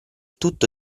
tutto